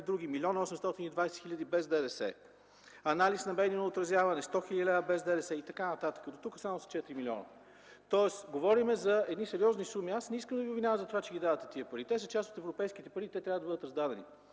хил. лв., без ДДС; анализ на медийно отразяване – 100 хил. лв., без ДДС и така нататък. Дотук само са 4 милиона, тоест, говорим за едни сериозни суми. Аз не искам да Ви обвинявам за това, че ги давате тези пари. Те са част от европейските пари и те трябва да бъдат раздадени.